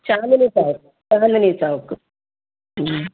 Chandini Chowk Chandni Chowk